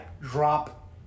drop